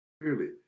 clearly